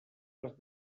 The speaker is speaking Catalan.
les